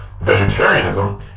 Vegetarianism